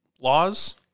laws